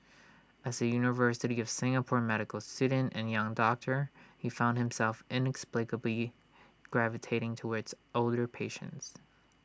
as A university of Singapore medical student and young doctor he found himself inexplicably gravitating towards older patients